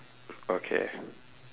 okay